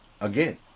Again